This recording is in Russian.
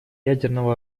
ядерного